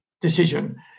decision